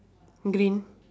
green